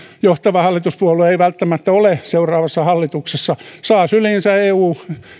johtava hallituspuolue ei välttämättä ole seuraavassa hallituksessa saa syliinsä eu